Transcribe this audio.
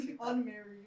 unmarried